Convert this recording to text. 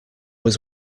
was